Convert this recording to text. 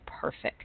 perfect